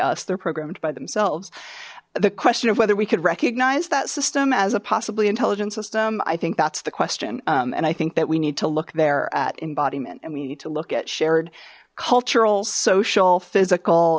us they're programmed by themselves the question of whether we could recognize that system as a possibly intelligent system i think that's the question and i think that we need to look there at embodiment and we need to look at shared cultural social physical